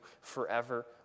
forever